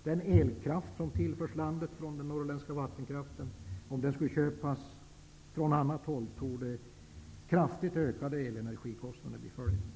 Skulle den elkraft som i dag tillförs landet från den norrländska vattenkraften köpas från annat håll, torde kraftigt ökade elenergikostnader bli följden.